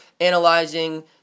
analyzing